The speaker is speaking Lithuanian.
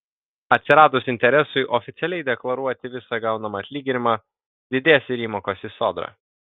atsiradus interesui oficialiai deklaruoti visą gaunamą atlyginimą didės ir įmokos į sodrą